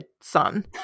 son